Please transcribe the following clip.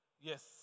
Yes